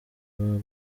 baba